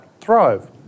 thrive